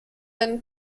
and